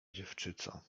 dziewczyco